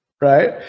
right